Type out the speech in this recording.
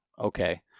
okay